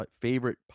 favorite